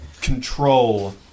control